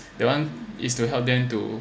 that [one] is to help them to